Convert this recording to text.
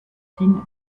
signes